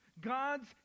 God's